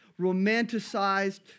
romanticized